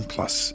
Plus